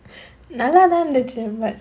நல்லாதா இருந்துச்சு:nallaathaa irunthuchu but